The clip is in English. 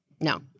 No